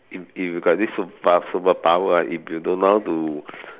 if if you got this superpo~ superpower ah if you don't know how to